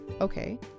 okay